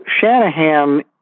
Shanahan